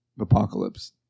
Apocalypse